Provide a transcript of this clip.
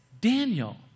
Daniel